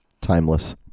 timeless